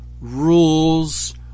rules